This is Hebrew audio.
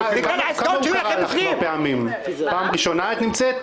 כמה פעמים היושב-ראש קרא לך לסדר?